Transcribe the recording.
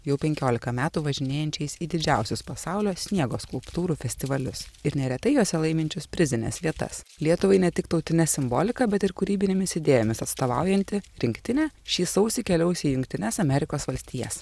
jau penkiolika metų važinėjančiais į didžiausius pasaulio sniego skulptūrų festivalius ir neretai juose laiminčius prizines vietas lietuvai ne tik tautine simbolika bet ir kūrybinėmis idėjomis atstovaujanti rinktinė šį sausį keliaus į jungtines amerikos valstijas